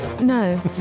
No